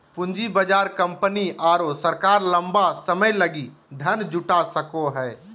पूँजी बाजार कंपनी आरो सरकार लंबा समय लगी धन जुटा सको हइ